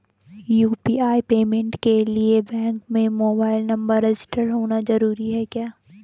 UPI payment के लिए bank में मोबाइल नंबर रजिस्टर्ड होना जरूरी है क्या?